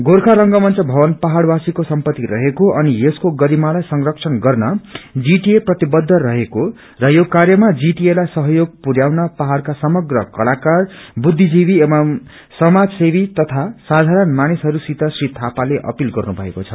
गोर्खा रंगमुच भवन पाहाइवासीको समपति रहेको अनि यसको गरिमालाई संरक्षण गर्न जीटिए प्रतिबद्ध रहेको र यो काव्रमा जीटिए लाई सहयोग पुरयाउन पहाड़का समग्र कलाकार बुद्धिजीवी एवं समाज सेवी तथा आम मानिसहस्सित श्री थापाले अपील गर्नुभएको छ